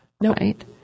right